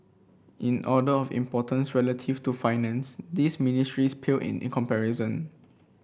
in order of importance relative to Finance these ministries pale in in comparison